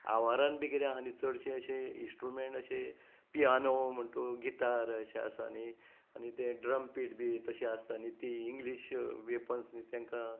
आवारांत बी कितें आसा चडशे अशे इन्स्ट्रुमेण्ट बी अशे पियानो म्हूण तूं गिटार आनी ते ट्रम्पेट बी आसता न्हय ती इंग्लीश वॅपन्स